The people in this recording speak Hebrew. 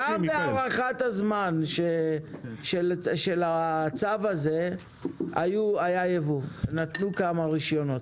גם בהארכת הזמן של הצו הזה היה יבוא ונתנו כמה רישיונות.